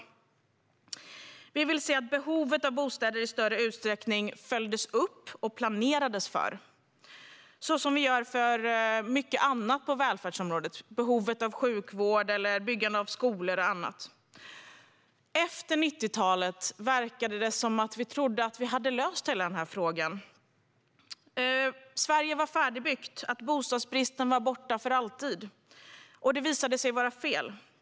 Vänsterpartiet vill se att behovet av bostäder i större utsträckning följs upp och planeras, så som sker på många andra välfärdsområden. Det kan gälla behovet av sjukvård, byggande av skolor och annat. Efter 90-talet verkade det som att frågan hade lösts. Sverige var färdigbyggt. Bostadsbristen var borta för alltid. Det visade sig vara fel.